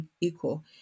equal